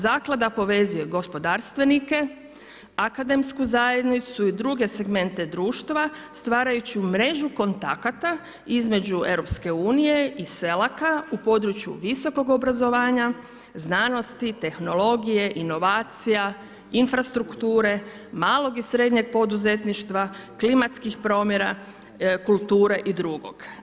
Zaklada povezuje gospodarstvenike, akademsku zajednicu i druge segmente društva stvarajući mrežu kontakata između EU i CELAC-a u području visokog obrazovanja, znanosti, tehnologije, inovacija, infrastrukture, malog i srednjeg poduzetništva, klimatskih promjena, kulture i drugog.